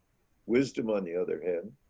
wisdom, on the other hand,